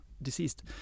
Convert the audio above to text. deceased